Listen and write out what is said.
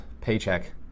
paycheck